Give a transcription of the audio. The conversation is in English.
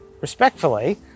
respectfully